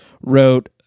wrote